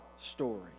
story